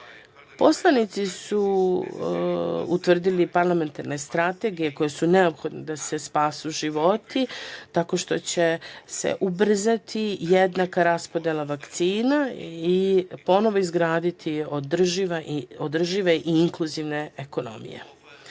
poslanici su utvrdili parlamentarne strategije koje su neophodne da se spasu životi, tako što će se ubrzati jednaka raspodela vakcina i ponovo izgraditi održive i inkluzivne ekonomije. Svi